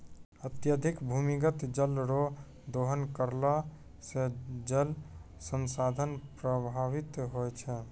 अत्यधिक भूमिगत जल रो दोहन करला से जल संसाधन प्रभावित होय छै